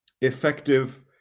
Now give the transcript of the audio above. effective